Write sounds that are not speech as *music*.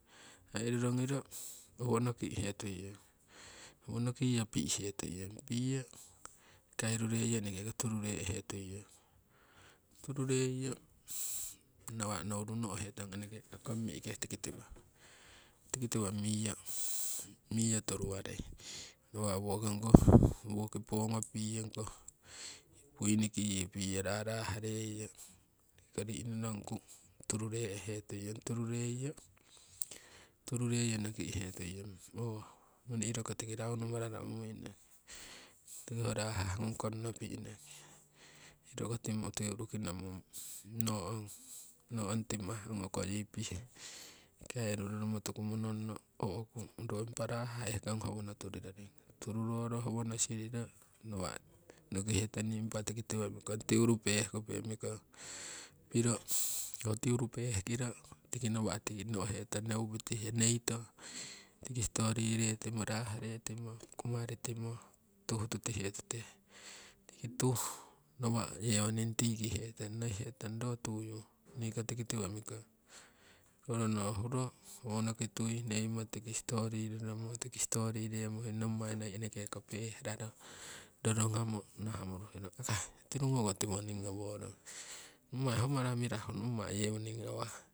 Aii rorongiro owo noki'he tuiyong owo nokiyo pi'he tuiyong piyo kairureiyo eneke ko turu re'he tuiyong, turu reiyo nawa' nowori no'hetong *noise* kong mi'ke. tiki tiwo, tikitiwo miyo tutuwarei nawa' woki ongi koh woki poogo piyo ongikoh puiniki yii piyo raraah reiyo impa ri'nonongku turu re'he tuiyong. Turu reiyo noki'he. tuiyong oho ngoni iroko tiki raunu mararo umuinong roki ho raahah ngung koropi'nong, iroko tiuruki nomung noo ong timah ukoyi pihe kairu roromo. tuku monono o'ku ro impa raa'hah howo tururoring. Tururoro howo siriro nawa' nokihetong nii impa tiki tiwo mikong tiuru peeh kupe mikong, *noise* piro hoo tuiru peehkiro. tiki nawa' no'he tong neupitihe, neito sitori retimo raah retimo kumaritimo tuh tutihe tute. Tiki tuh nawa' yewoning tikihe tong, nohihe tong roo. *noise* tuyu *noise* niiko tiki tiwo mikong owo rono huro *noise* howonoki tui neimo tiki sitori roromo, tiki sitori remmo hoi nommai noi enekeko peeh raro rorongamo nahamo uruherong. akai tirungoko tiwo ngowoorong nommai hoo mara mirahu nommai yewoning ngawah.